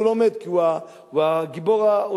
הוא לא מת כי הוא הגיבור האולטימטיבי.